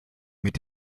mit